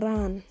Run